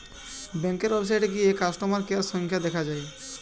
ব্যাংকের ওয়েবসাইটে গিয়ে কাস্টমার কেয়ারের সংখ্যা দেখা যায়